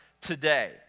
today